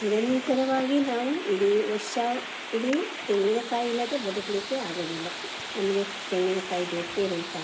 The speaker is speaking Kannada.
ನಿರಂತರವಾಗಿ ನಾವು ಇಡೀ ವರ್ಷ ಇಡೀ ತೆಂಗಿನಕಾಯಿ ಇಲ್ಲದೆ ಬದುಕಲಿಕ್ಕೆ ಆಗುವುದಿಲ್ಲ ನಮಗೆ ತೆಂಗಿನಕಾಯಿ ಬೇಕೇ ಬೇಕಾಗ್ತದೆ